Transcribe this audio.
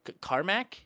Carmack